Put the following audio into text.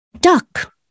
Duck